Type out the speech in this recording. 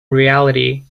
reality